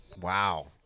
Wow